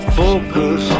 focus